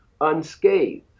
unscathed